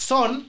Son